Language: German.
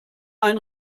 ein